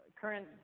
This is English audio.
current